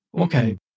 Okay